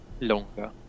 longer